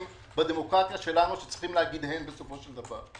בדמוקרטיה שלנו שצריכים לומר הן בסופו של דבר.